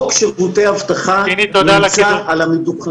בחטיבת האבטחה אין 10,000 קצינים שיכולים לבקר.